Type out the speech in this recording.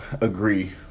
agree